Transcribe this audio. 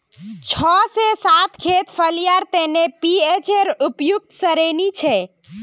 छह से सात खेत फलियार तने पीएचेर उपयुक्त श्रेणी छे